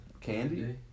Candy